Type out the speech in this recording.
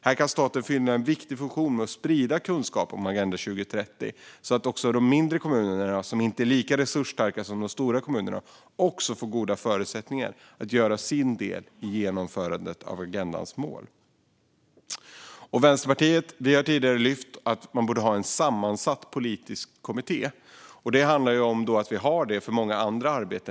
Här kan staten fylla en viktig funktion genom att sprida kunskap om Agenda 2030, så att också de mindre kommunerna som inte är lika resursstarka som de stora också får goda förutsättningar för att göra sin del i genomförandet av agendans mål. Vi i Vänsterpartiet har tidigare lyft att man borde ha en sammansatt politisk kommitté. Vi har ju det för många andra arbeten.